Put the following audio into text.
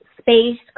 space